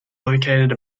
located